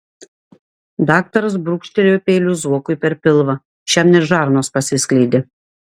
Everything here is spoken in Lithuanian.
daktaras brūkštelėjo peiliu zuokui per pilvą šiam net žarnos pasiskleidė